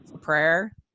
prayer